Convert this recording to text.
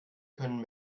können